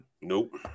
Nope